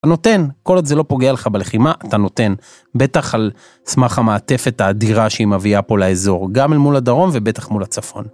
נותן, כל זה לא פוגע לך בלחימה אתה נותן, בטח על סמך המעטפת האדירה שהיא מביאה פה לאזור גם אל מול הדרום ובטח מול הצפון.